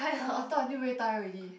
!wah! I talk until very tired already